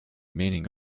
meaning